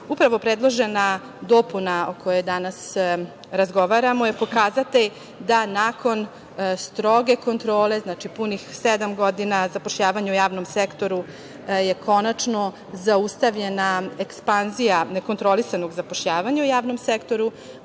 predložena dopuna o kojoj danas razgovaramo je pokazatelj da nakon stroge kontrole, punih sedam godina zapošljavanja u javnom sektoru je konačno zaustavljena ekspanzija nekontrolisanog zapošljavanja u javnom sektoru,